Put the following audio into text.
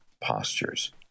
postures